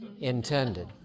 intended